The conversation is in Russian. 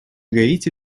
гаити